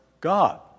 God